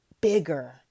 bigger